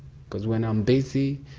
cause when i'm busy,